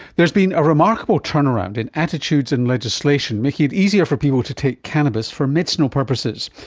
there's been a remarkable turnaround in attitudes and legislation making it easier for people to take cannabis for medicinal purposes,